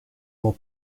more